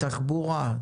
תחבורה,